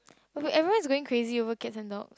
okay everyone is going crazy over cat and dog